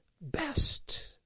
best